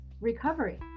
recovery